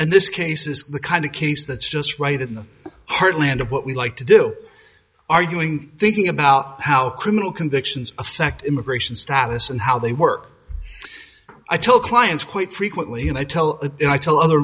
and this case is the kind of case that's just right in the heartland of what we like to do arguing thinking about how criminal convictions affect immigration status and how they work i told clients quite frequently and i tell you i tell other